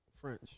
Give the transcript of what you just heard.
French